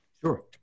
Sure